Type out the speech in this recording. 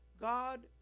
God